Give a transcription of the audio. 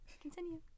continue